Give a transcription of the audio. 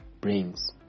brings